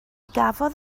gafodd